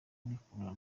bihura